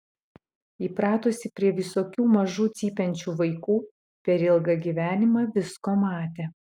įpratusi prie visokių mažų cypiančių vaikų per ilgą gyvenimą visko matė